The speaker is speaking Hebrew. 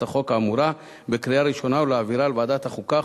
החוק האמורה בקריאה ראשונה ולהעבירה לוועדת החוקה,